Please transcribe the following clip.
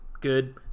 good